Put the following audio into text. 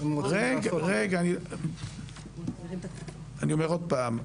אני אומר עוד פעם,